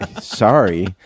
Sorry